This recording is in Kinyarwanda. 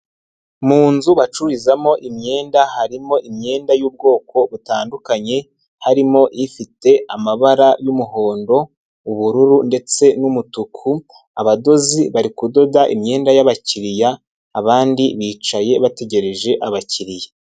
Mu nzu bacururizamo imyenda harimo imyenda y'ubwoko butandukanye, harimo ifite amabara y'umuhondo, ubururu ndetse n'umutuku, abadozi bari kudoda imyenda y'abakiriya ,abandi bicaye bategereje abakiriya.